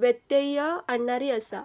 व्यत्यय आणणारी आसा